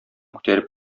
күтәреп